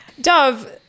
Dove